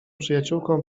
przyjaciółką